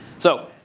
so,